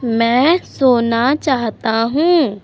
मैं सोना चाहता हूँ